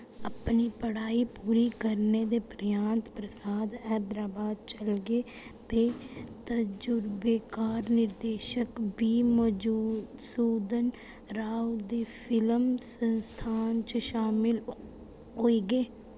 अपनी पढ़ाई पूरी करने दे परैंत्त प्रसांत हैदराबाद चलगे ते तजुर्बेकार निर्देशक वी मधूसूदन राओ दे फिल्म संस्थान च शामल होई गे